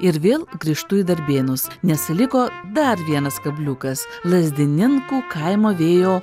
ir vėl grįžtu į darbėnus nes liko dar vienas kabliukas lazdininkų kaimo vėjo